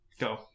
go